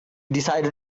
decided